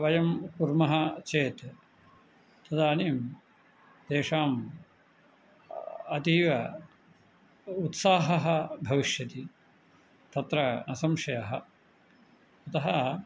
वयं कुर्मः चेत् तदानीं तेषाम् अतीव उत्साहः भविष्यति तत्र असंशयः अतः